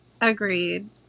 Agreed